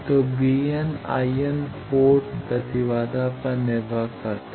तो Vn In port प्रतिबाधा पर निर्भर करता है